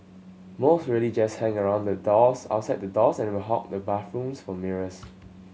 most really just hang around doors outside the doors and will hog the bathrooms for mirrors